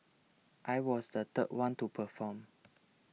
I was the third one to perform